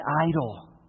idol